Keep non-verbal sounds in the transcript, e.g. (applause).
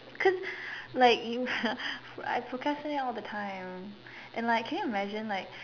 cause like you (laughs) I procrastinate all the time and like can you imagine like